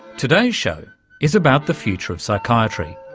today's show is about the future of psychiatry.